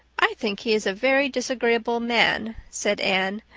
i think he is a very disagreeable man, said anne,